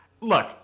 Look